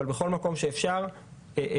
אבל בכל מקום שאפשר זו החובה.